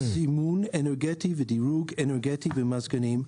סימון אנרגטי ודירוג אנרגטי במזגנים),